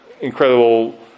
incredible